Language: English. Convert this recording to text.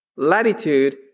latitude